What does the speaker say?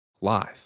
live